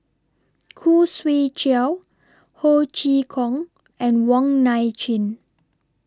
Khoo Swee Chiow Ho Chee Kong and Wong Nai Chin